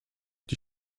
die